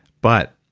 but,